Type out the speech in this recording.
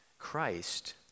Christ